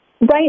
Right